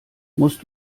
musst